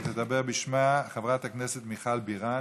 ותדבר בשמה חברת הכנסת מיכל בירן.